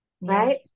Right